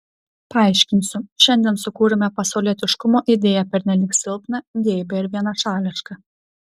paaiškinsiu šiandien sukūrėme pasaulietiškumo idėją pernelyg silpną geibią ir vienašališką